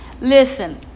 Listen